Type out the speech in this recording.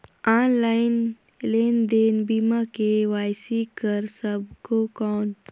Online लेनदेन बिना KYC कर सकबो कौन??